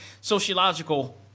sociological